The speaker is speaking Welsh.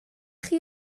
chi